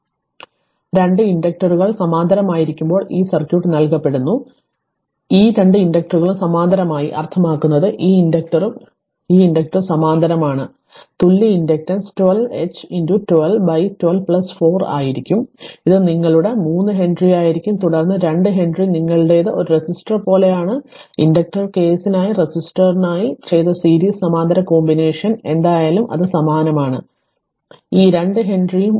2 ഇൻഡക്റ്ററുകൾ സമാന്തരമായിരിക്കുമ്പോൾ ഈ സർക്യൂട്ട് നൽകപ്പെടുന്നു അതിനാൽ ഈ 2 ഇൻഡക്ടറുകളും സമാന്തരമായി അർത്ഥമാക്കുന്നത് ഈ ഇൻഡക്റ്ററും ഈ ഇൻഡക്റ്ററും സമാന്തരമാണ് എന്നതിനർത്ഥം തുല്യ ഇൻഡക്റ്റൻസ് 12 H 12 124 ആയിരിക്കും അതിനാൽ ഇത് നിങ്ങളുടെ 3 ഹെൻറിയായിരിക്കും തുടർന്ന് 2 ഹെൻറി നിങ്ങളുടേത് ഒരു റെസിസ്റ്റർ പോലെയാണ് ഇൻഡക്റ്റർ കേസിനായി റെസിസ്റ്ററിനായി ചെയ്ത സീരീസ് സമാന്തര കോമ്പിനേഷൻ എന്തായാലും അത് സമാനമാണ് ഇതും ഈ 2 ഹെൻറിയും ഉണ്ട്